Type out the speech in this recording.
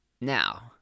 Now